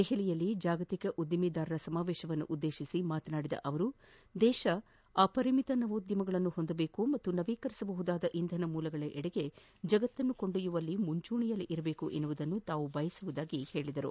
ದೆಹಲಿಯಲ್ಲಿ ಜಾಗತಿಕ ಉದ್ದಿಮೆದಾರರ ಸಮಾವೇಶವನ್ನು ಉದ್ದೇಶಿಸಿ ಮಾತನಾಡಿದ ಅವರು ದೇಶ ಅಪರಿಮಿತ ನವೋದ್ಯಮಗಳನ್ನು ಹೊಂದಬೇಕು ಮತ್ತು ನವೀಕರಿಸಬಹುದಾದ ಇಂಧನ ಮೂಲಗಳೆಡೆಗೆ ಜಗತ್ತನ್ನು ಕೊಂಡೊಯ್ನುವಲ್ಲಿ ಮುಂಚೂಣಿಯಲ್ಲಿರಬೇಕು ಎಂಬುದನ್ನು ತಾವು ಬಯಸುವುದಾಗಿ ತಿಳಿಸಿದರು